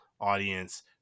audience